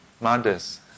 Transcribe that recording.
Mothers